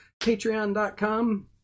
patreon.com